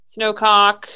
snowcock